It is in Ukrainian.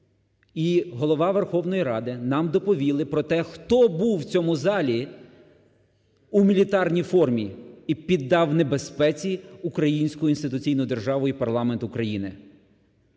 і Голова Верховної Ради нам доповіли про те, хто був у цьому залі у мілітарній формі і піддав небезпеці українську інституційну державу і парламент України.